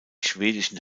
schwedischen